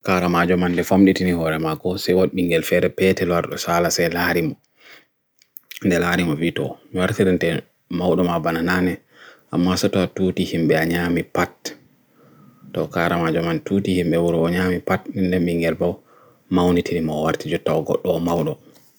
kārā mājomaan lefamdi tini hoare māko sewat mingel feere pete luar rushāla se lārimo nē lārimo bhi tō, mwārthi dinten maudu mā bananane a māsatua 2 tihimbe anya mi pat to kārā mājomaan 2 tihimbe uro anya mi pat nene mingel bau māunitini mōwārthi jatawgot tō maudu